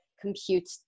compute